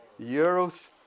euros